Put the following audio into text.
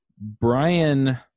Brian